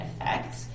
effect